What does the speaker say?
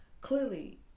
Clearly